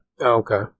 Okay